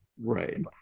Right